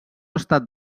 estat